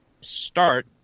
start